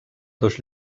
dos